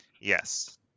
Yes